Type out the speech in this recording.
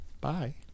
Bye